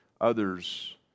others